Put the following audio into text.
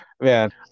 man